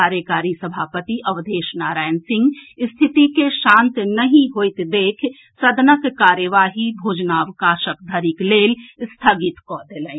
कार्यकारी सभापति अवधेश नारायण सिंह स्थिति के शांत नहि होएत देखि सदनक कार्यवाही भोजनावकाश धरिक लेल स्थगित कऽ देलनि